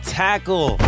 tackle